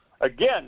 again